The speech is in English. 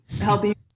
helping